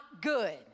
good